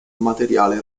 materiale